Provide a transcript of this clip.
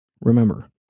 remember